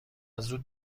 زود